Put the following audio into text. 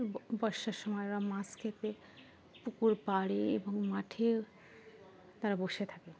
বর্ষার সময় ওরা মাছ খেতে পুকুর পাড়ে এবং মাঠে তারা বসে থাকে